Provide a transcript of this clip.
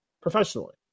professionally